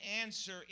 answer